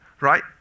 right